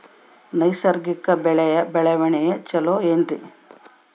ನೈಸರ್ಗಿಕ ಬೆಳೆಯ ಬೆಳವಣಿಗೆ ಚೊಲೊ ಏನ್ರಿ?